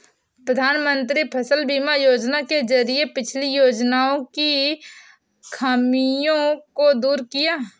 प्रधानमंत्री फसल बीमा योजना के जरिये पिछली योजनाओं की खामियों को दूर किया